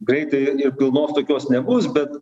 greitai pilnos tokios nebus bet